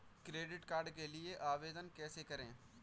Credit card के लिए आवेदन कैसे करें?